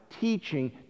teaching